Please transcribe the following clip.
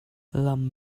lam